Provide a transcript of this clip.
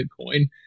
Bitcoin